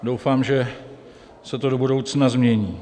Doufám, že se to do budoucna změní.